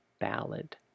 ballad